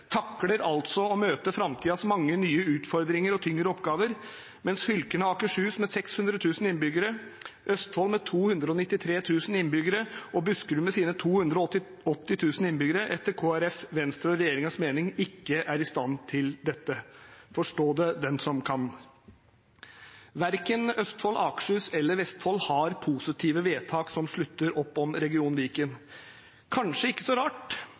takler altså å møte framtidens mange nye utfordringer og tyngre oppgaver, mens fylkene Akershus med 600 000 innbyggere, Østfold med 293 000 innbyggere og Buskerud med 280 000 innbyggere etter Kristelig Folkepartis, Venstres og regjeringens mening ikke er i stand til dette. Forstå det den som kan. Verken Østfold, Akershus eller Vestfold har positive vedtak som slutter opp om region Viken – kanskje ikke så rart,